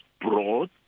broad